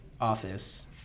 office